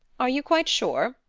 are you quite sure?